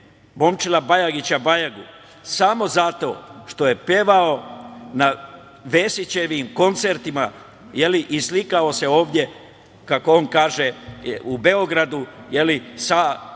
Momčila Bajagića Bajagu samo zato što je pevao na Vesićevim koncertima i slikao se ovde, kako on kaže, u Beogradu sa varvarima.